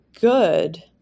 good